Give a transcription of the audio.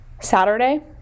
Saturday